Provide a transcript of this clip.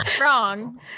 Wrong